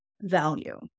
value